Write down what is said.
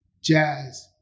Jazz